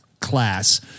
class